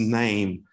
name